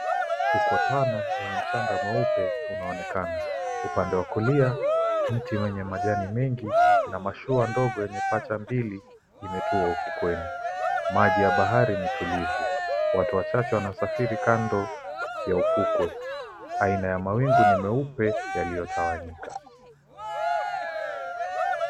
Fukwe pana yenye mchanga mweupe unaonekana. Upande wa kulia mti wenye majani mengi na mashua ndogo yenye pacha mbili imetua ufukweni. Maji ya bahari ni tulivu. Watu wachache wanasafiri kando ya ufukwe. Aina ya mawingu ni meupe yaliyotawanyika.